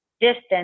distance